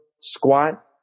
squat